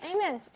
Amen